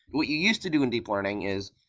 what you used to do in deep learning is,